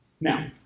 now